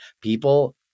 people